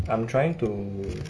I'm trying to